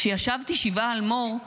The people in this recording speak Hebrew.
כשישבתי שבעה על מור,